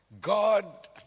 God